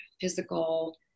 physical